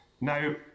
Now